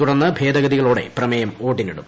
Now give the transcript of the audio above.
തുടർന്ന് ഭേദഗതികളോടെ പ്രമേയം വോട്ടിനിടും